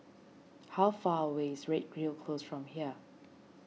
how far away is Redhill Close from here